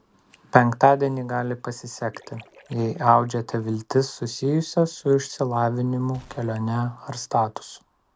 penktadienį gali pasisekti jei audžiate viltis susijusias su išsilavinimu kelione ar statusu